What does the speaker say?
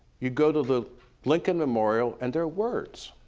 you go to the lincoln memorial and there are words